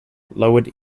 lowered